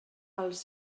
els